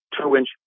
two-inch